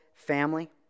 family